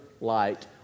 light